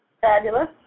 Fabulous